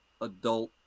adult